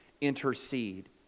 intercede